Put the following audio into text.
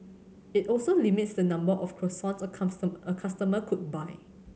it also limits the number of croissants a a customer could buy